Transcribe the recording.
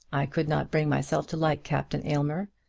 i could not bring myself to like captain aylmer,